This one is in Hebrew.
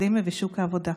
האקדמיה ושוק העבודה,